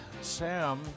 Sam